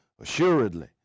assuredly